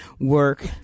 work